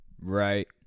Right